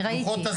אני ראיתי,